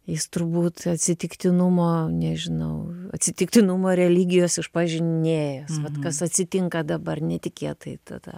jis turbūt atsitiktinumo nežinau atsitiktinumo religijos išpažinėjas kas atsitinka dabar netikėtai tada